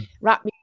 rap